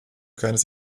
keines